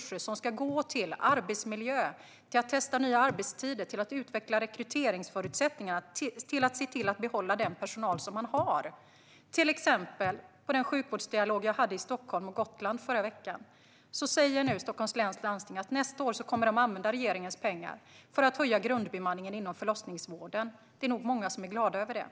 Dessa resurser ska gå till arbetsmiljö, till att testa nya arbetstider, till att utveckla rekryteringsförutsättningar och till att se till att behålla den personal som man har. Under den sjukvårdsdialog som jag hade i Stockholm och på Gotland förra veckan sa till exempel Stockholms läns landsting att man nästa år kommer att använda regeringens pengar för att höja grundbemanningen inom förlossningsvården. Det är nog många som är glada över detta.